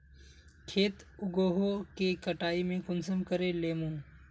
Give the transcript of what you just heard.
खेत उगोहो के कटाई में कुंसम करे लेमु?